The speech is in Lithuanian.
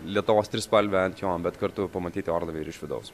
lietuvos trispalvę ant jo bet kartu pamatyti orlaivį ir iš vidaus